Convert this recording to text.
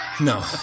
No